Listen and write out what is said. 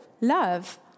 love